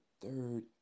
third